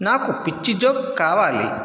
నాకు పిచ్చి జోక్ కావాలి